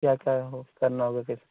क्या क्या हो करना होगा फिर